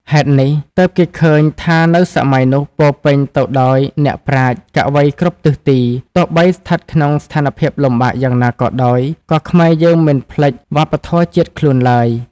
ហេតុនេះ ទើបគេឃើញថានៅសម័យនោះពោរពេញទៅដោយអ្នកប្រាជ្ញ កវីគ្រប់ទិសទី ទោះបីស្ថិតក្នុងស្ថានភាពលំបាកយ៉ាងណាក៏ដោយ ក៏ខ្មែរយើងមិនភ្លេចវប្បធម៌ជាតិខ្លួនឡើយ។